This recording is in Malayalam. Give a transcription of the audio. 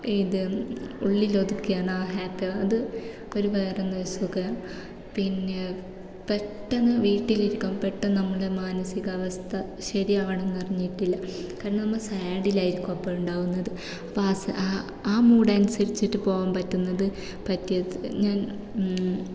ഇത് ഉള്ളിലൊതുക്കിയാണ് ആ ഹാപ്പി അത് ഒരു വേറെ തന്നെ സുഖാണ് പിന്നെ പെട്ടെന്ന് വീട്ടിലിരിക്കും പെട്ടെന്ന് നമ്മളെ മാനസികാവസ്ഥ ശരിയാവണന്നറിഞ്ഞിട്ടില്ല കാരണം നമ്മൾ സാഡിലായിരിക്കും അപ്പം ഉണ്ടാകുന്നത് അപ്പം ആ ആ മൂടനുസരിച്ചിട്ട് പോവാൻ പറ്റുന്നത് പറ്റിയത് ഞാൻ